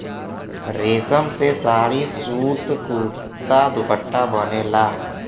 रेशम से साड़ी, सूट, कुरता, दुपट्टा बनला